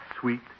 Sweet